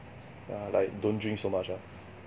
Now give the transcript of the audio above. yeah like don't drink so much ah